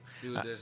Dude